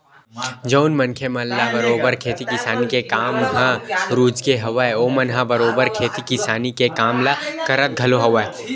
जउन मनखे मन ल बरोबर खेती किसानी के काम ह रुचगे हवय ओमन ह बरोबर खेती किसानी के काम ल करत घलो हवय